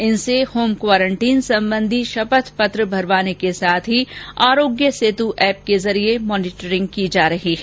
इनसे home quarantine संबंधित शपथ पत्र भरवाने के साथ आरोग्य सेतु एप के जरिए मॉनेटरिंग की जा रही है